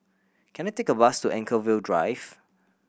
can I take a bus to Anchorvale Drive